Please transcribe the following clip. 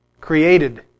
created